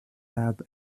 lab